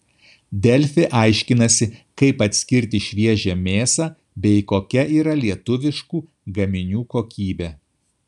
delfi aiškinasi kaip atskirti šviežią mėsą bei kokia yra lietuviškų gaminių kokybė